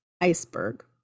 iceberg